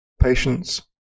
Patience